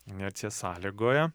inercija sąlygoja